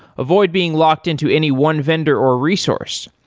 avoid being locked-in to any one vendor or resource.